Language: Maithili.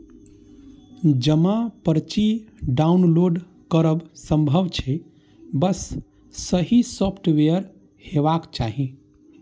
जमा पर्ची डॉउनलोड करब संभव छै, बस सही सॉफ्टवेयर हेबाक चाही